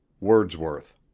Wordsworth